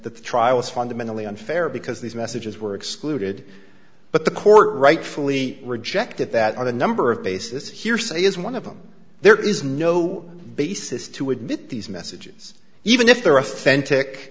that the trial is fundamentally unfair because these messages were excluded but the court rightfully rejected that on a number of basis hearsay is one of them there is no basis to admit these messages even if they're